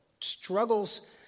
struggles